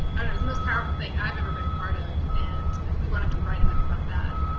the most powerful thing i've ever been a part of, and we wanted to write about that.